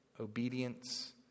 obedience